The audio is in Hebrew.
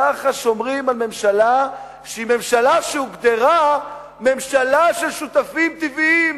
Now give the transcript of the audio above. ככה שומרים על ממשלה שהיא ממשלה שהוגדרה ממשלה של שותפים טבעיים.